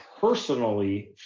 personally